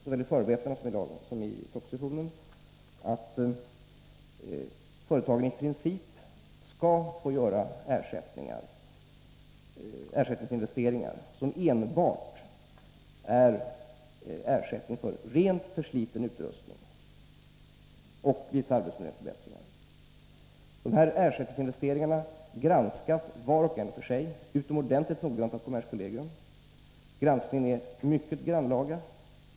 Såväl i förarbetena till lagen som i propositionen står det 31 november 1983 att företagen i princip skall få göra investeringar som enbart är ersättning för rent försliten utrustning och vissa arbetsmiljöförbättringar. Ersättningsin Om skärpt lagstift Yesteringarna BSranskas var och en för sig utomordentligt noga av kommersning mot investekollegium. Granskningen är mycket grannlaga.